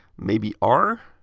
maybe r,